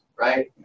right